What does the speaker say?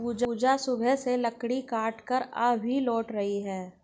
पूजा सुबह से लकड़ी काटकर अभी लौट रही है